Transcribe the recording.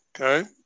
okay